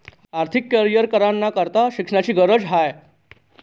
आर्थिक करीयर कराना करता शिक्षणनी गरज ह्रास